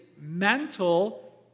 mental